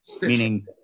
meaning